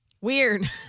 Weird